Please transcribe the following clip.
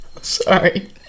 Sorry